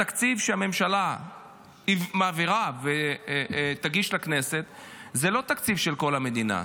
התקציב שהממשלה מעבירה ותגיש לכנסת זה לא תקציב של כל המדינה,